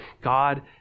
God